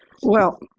well,